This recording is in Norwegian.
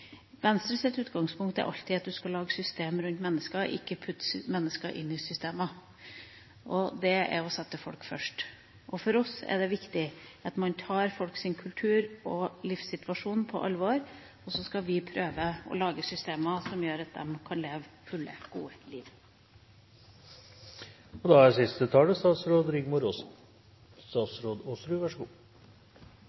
utgangspunkt er at du alltid skal lage systemer rundt mennesker. Du skal ikke putte mennesker inn i systemer, og det betyr å sette folk først. For oss er det viktig at man tar folks kultur og livssituasjon på alvor, og så skal vi prøve å lage systemer som gjør at de kan leve fullverdige og gode